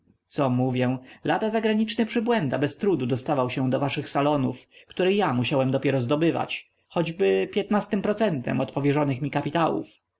co mówię lada zagraniczny przybłęda bez trudu dostawał się do waszych salonów które ja musiałem dopiero zdobywać choćby piętnastym procentem od powierzonych mi kapitałów